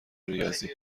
ریاضی